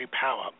power